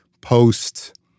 post